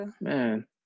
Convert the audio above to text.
man